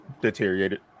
deteriorated